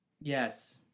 Yes